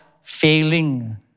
failing